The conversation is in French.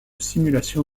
simulation